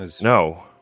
No